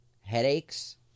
Headaches